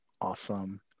Awesome